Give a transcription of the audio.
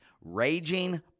Raging